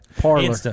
parlor